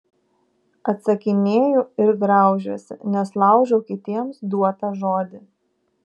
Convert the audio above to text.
atsakinėju ir graužiuosi nes laužau kitiems duotą žodį